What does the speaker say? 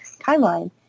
timeline